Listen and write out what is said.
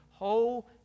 whole